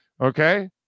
Okay